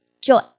joy